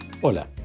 Hola